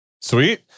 Sweet